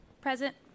Present